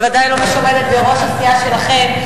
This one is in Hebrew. בוודאי לא מי שעומדת בראש הסיעה שלכם,